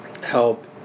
help